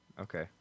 Okay